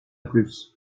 plus